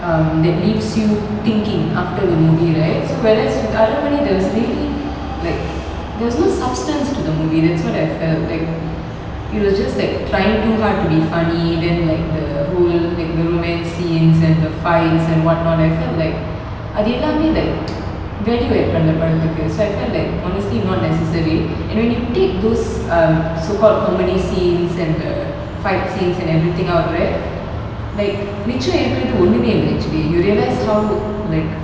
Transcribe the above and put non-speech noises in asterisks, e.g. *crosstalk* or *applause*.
um that leaves you thinking after the movie right so whereas with Aranmanai there was really like there's no substance to the movie that's what I felt like it was just like trying too hard to be funny then like the whole like the romance scenes and the fights and what not I felt like அது எல்லாமே:adhu ellame like *noise* *laughs* பண்ணல படத்துக்கு:pannala padathuku so I felt like honestly not necessary and when you take those um so called comedy scenes and the fight scenes and everything out right like make sure மிச்சம் இருக்குறது ஒண்ணுமே இல்ல:mitcham irukurathu onnume illa actually you realize how like